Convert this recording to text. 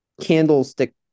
candlestick